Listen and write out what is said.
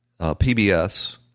PBS